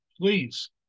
please